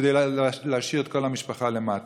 כדי להשאיר את כל המשפחה למטה.